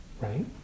right